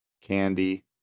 Candy